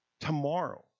tomorrow